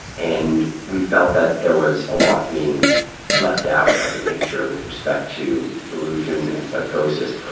and we felt that there was a lot being left out of the picture with respect to delusion and psychosis.